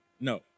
no